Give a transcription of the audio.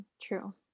true